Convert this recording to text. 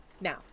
Now